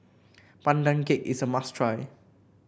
Pandan Cake is a must try